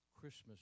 Christmas